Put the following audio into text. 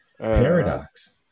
Paradox